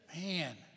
man